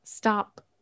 Stop